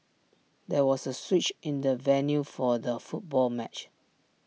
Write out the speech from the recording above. there was A switch in the venue for the football match